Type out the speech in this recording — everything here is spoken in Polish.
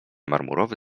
marmurowy